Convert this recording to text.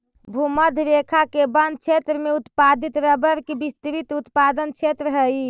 भूमध्य रेखा के वन क्षेत्र में उत्पादित रबर के विस्तृत उत्पादन क्षेत्र हइ